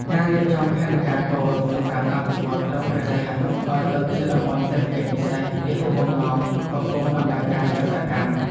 ការរៀបចំផែនការគោលសម្រាប់អភិវឌ្ឍក្រុងព្រះសីហនុឱ្យទៅជាតំបន់សេដ្ឋកិច្ចពិសេសពហុបំណងកំពុងដំណើរការយ៉ាងសកម្ម។